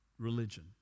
religion